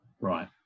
Right